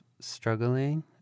struggling